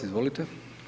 Izvolite.